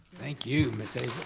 thank you, miss